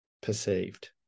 perceived